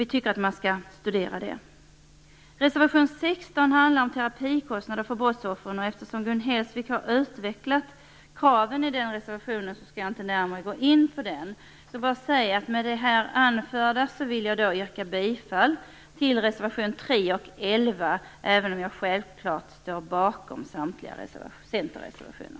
Vi tycker att man skall studera detta. Reservation 16 handlar om terapikostnader för brottsoffer. Eftersom Gun Hellsvik har utvecklat kraven i den reservationen skall jag inte närmare gå in på dessa. Med det anförda vill jag yrka bifall till reservation 3 och 11 även om jag självfallet står bakom samtliga centerreservationer.